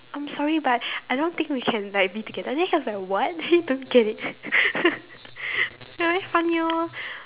I'm sorry but I don't think we can like be together then he was like what he don't get it ya very funny lor